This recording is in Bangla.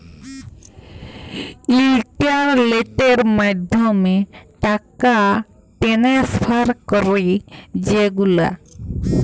ইলটারলেটের মাধ্যমে টাকা টেনেসফার ক্যরি যে গুলা